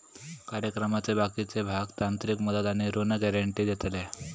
कार्यक्रमाचे बाकीचे भाग तांत्रिक मदत आणि ऋण गॅरेंटी देतले